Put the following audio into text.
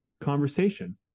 conversation